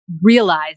realize